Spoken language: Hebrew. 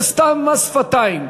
זה סתם מס שפתיים.